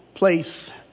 Place